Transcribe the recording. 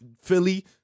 Philly